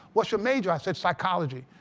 what's your major? i said, psychology.